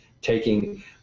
taking